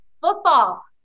football